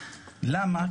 למה?